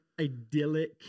idyllic